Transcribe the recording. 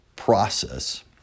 process